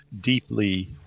deeply